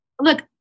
look